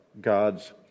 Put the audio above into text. God's